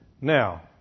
Now